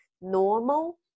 normal